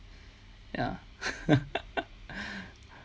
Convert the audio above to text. ya